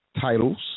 titles